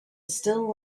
still